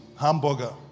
hamburger